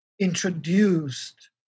introduced